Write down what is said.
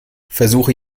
versuche